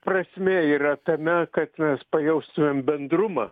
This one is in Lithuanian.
prasmė yra tame kad mes pajaustumėm bendrumą